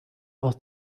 aus